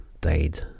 died